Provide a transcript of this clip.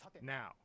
Now